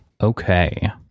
Okay